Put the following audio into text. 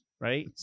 Right